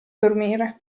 dormire